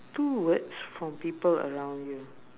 two words from people around you